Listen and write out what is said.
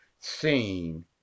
seen